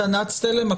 תת-ניצב תלם,